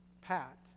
Pat